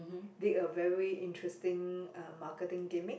did a very interesting uh marketing gimmick